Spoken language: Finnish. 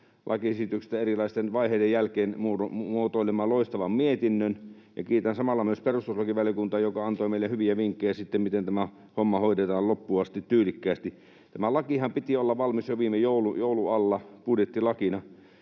lakiesityksestä erilaisten vaiheiden jälkeen muotoilemaan loistavan mietinnön. Ja kiitän samalla myös perustuslakivaliokuntaa, joka antoi meille hyviä vinkkejä siitä, miten tämä homma hoidetaan loppuun asti tyylikkäästi. Tämän lainhan piti olla valmis jo viime joulun alla budjettilakina,